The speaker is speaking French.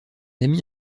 ami